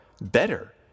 better